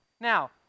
Now